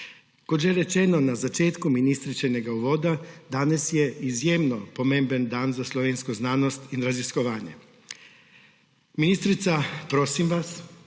Kot že rečeno, na začetku ministričinega uvoda, danes je izjemno pomemben dan za slovensko znanost in raziskovanje. Ministrica, prosim vas,